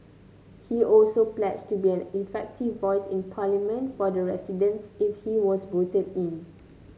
he also pledged to be an effective voice in Parliament for the residents if he was voted in